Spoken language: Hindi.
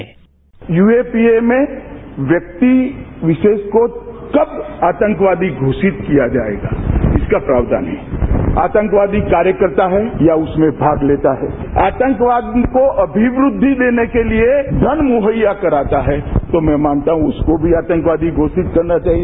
बाईट यूएपीए ने व्यक्ति विरोष को कब आतंकवादी घोषित किया जायेगा इसका प्रावधान है आतंकवादी कार्यकर्ता है या उसमें भाग लेता है आतंकवादी को अमिवृद्धि देने के लिए धन मुहैया कराता है तो मैं मानता हूं उसको भी आतंकवादी घोषित करना चाहिए